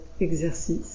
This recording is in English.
exercice